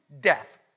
death